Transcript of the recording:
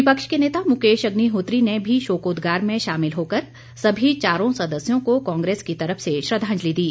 विपक्ष के नेता मुकेश अग्निहोत्री ने भी शोकोदगार में शामिल होकर सभी चारों सदस्यों को कांग्रेस की तरफ से श्रद्दांजलि दी